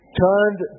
turned